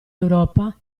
europa